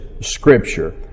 scripture